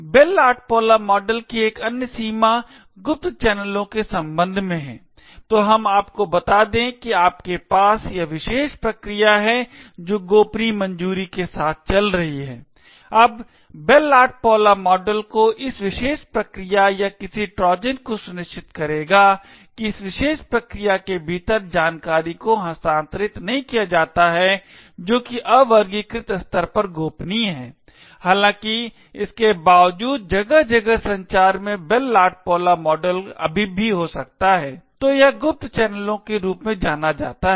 bell LaPadula model की एक अन्य सीमा गुप्त चैनलों के संबंध में है तो हम आपको बता दें कि आपके पास यह विशेष प्रक्रिया है जो गोपनीय मंजूरी के साथ चल रही है अब बेल लाडपूला मॉडल इस विशेष प्रक्रिया या किसी ट्रोजन को सुनिश्चित करेगा कि इस विशेष प्रक्रिया के भीतर जानकारी को हस्तांतरित नहीं किया जाता है जो कि अवर्गीकृत स्तर पर गोपनीय है हालांकि इसके बावजूद जगह जगह संचार में बेल लाडुपुला मॉडल अभी भी हो सकता है तो यह गुप्त चैनलों के रूप में जाना जाता है